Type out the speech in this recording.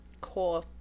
core